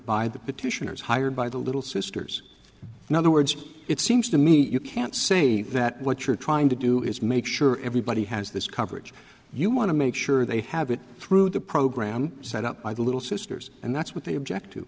by the petitioners hired by the little sisters in other words it seems to me you can't say that what you're trying to do is make sure everybody has this coverage you want to make sure they have it through the program set up by the little sisters and that's what they object to